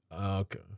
Okay